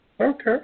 Okay